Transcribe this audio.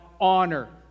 honor